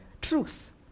Truth